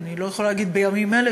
אני לא יכולה להגיד בימים אלה,